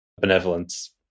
benevolence